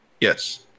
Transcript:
Yes